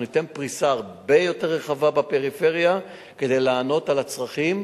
אנחנו ניתן פריסה הרבה יותר רחבה בפריפריה כדי לענות על הצרכים,